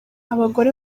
abagore